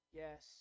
yes